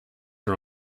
are